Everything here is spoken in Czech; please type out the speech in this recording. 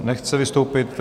Nechce vystoupit.